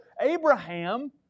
Abraham